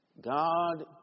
God